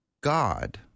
God